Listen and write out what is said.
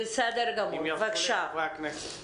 אם ירשו לי חברי הכנסת.